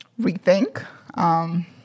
rethink